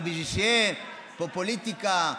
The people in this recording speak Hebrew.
אבל בשביל שיהיה פופוליטיקה,